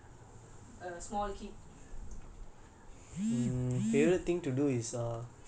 so irfan what was one of your favorite thing to do when you were a small kid